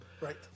right